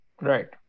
Right